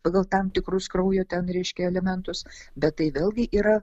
pagal tam tikrus kraujo ten reiškia elementus bet tai vėlgi yra